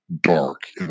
Dark